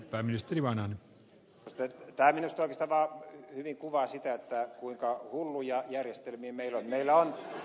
tämä minusta oikeastaan vaan hyvin kuvaa sitä kuinka hulluja järjestelmiä meillä on